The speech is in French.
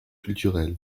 culturel